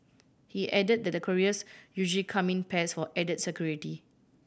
he added that the couriers usually come in pairs for added security